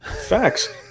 Facts